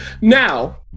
Now